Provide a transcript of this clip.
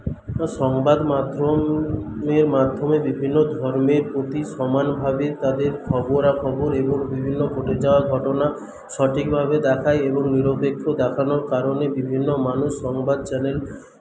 তো সংবাদমাধ্যমের মাধ্যমে বিভিন্ন ধর্মের প্রতি সমানভাবে তাদের খবরাখবর এবং বিভিন্ন ঘটে যাওয়া ঘটনা সঠিকভাবে দেখায় এবং নিরপেক্ষ দেখানোর কারণে বিভিন্ন মানুষ সংবাদ চ্যানেলকে